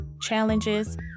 challenges